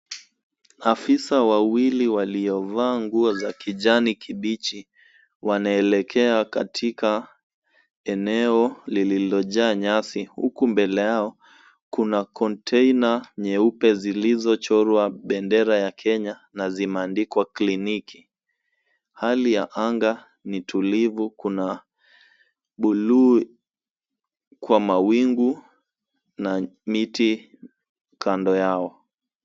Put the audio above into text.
Afisa wawili wakiovaa nguo za kijani kibichi wanaelekea katika eneo lililojaa nyasi huku mbele yao kuna konteina nyeupe zilizochorwa bendera ya Kenya na zimeandikwa kliniki. Hali ya anga ni tulivu, kuna buluu kwa mawingu na miti kando yao.